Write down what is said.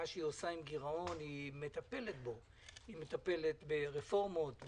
מטפלת בגירעון ברפורמות,